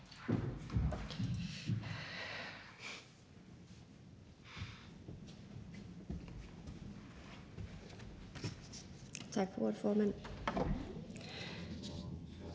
Tak for ordet, formand.